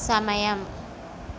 సమయం